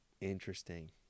Interesting